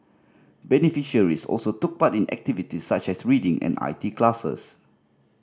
beneficiaries also took part in activities such as reading and I T classes